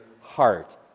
heart